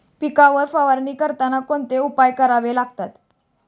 पिकांवर फवारणी करताना कोणते उपाय करावे लागतात?